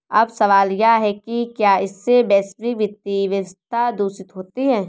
अब सवाल यह है कि क्या इससे वैश्विक वित्तीय व्यवस्था दूषित होती है